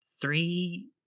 three